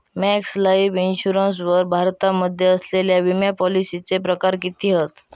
Max Life Insurance वर भारतामध्ये असलेल्या विमापॉलिसीचे प्रकार किती हत?